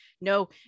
No